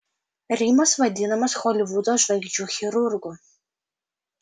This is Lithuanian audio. rimas vadinamas holivudo žvaigždžių chirurgu